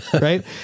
right